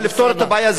אבל לפתור את הבעיה,